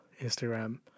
Instagram